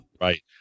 Right